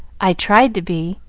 i tried to be,